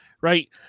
right